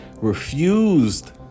refused